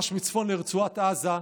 ממש מצפון לרצועת עזה,